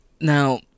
Now